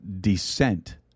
descent